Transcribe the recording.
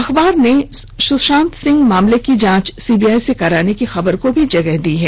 अखबार ने सुशांत सिंह मामले की जांच सीबीआई से कराने की खबर को भी जगह दी है